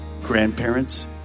Grandparents